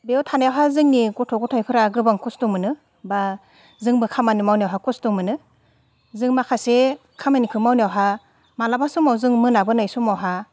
बेयाव थानायावहा जोंनि गथ' गथाइफोरा गोबां खस्थ' मोनो बा जोंबो खामानि मावनोहा खस्थ' मोनो जों माखासे खामानिखो मावनायावहा मालाबा समाव जों मोनाबोनाय समावहा